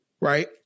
Right